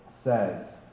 says